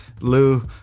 Lou